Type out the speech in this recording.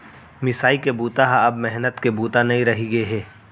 मिसाई के बूता ह अब मेहनत के बूता नइ रहि गे हे